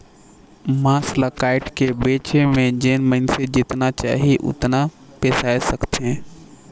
मांस ल कायट के बेचे में जेन मइनसे जेतना चाही ओतना बेसाय सकथे